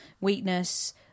weakness